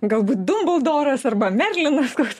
galbūt dumbuldoras arba merlinas koks